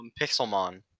Pixelmon